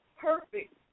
perfect